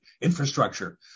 infrastructure